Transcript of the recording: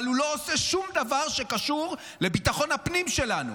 אבל הוא לא עושה שום דבר שקשור לביטחון הפנים שלנו.